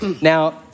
Now